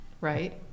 Right